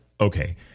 okay